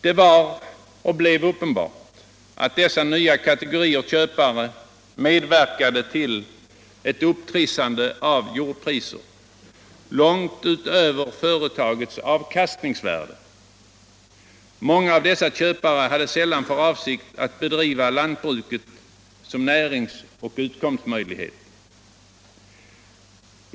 Det var och blev uppenbart att dessa nya kategorier köpare medverkade tvill ett upptrissande av jordpriser, långt utöver företagets avkastningsvärde. Många av köparna hade inte för avsikt att bedriva lantbruket som näringsoch utkomstmöjlighet.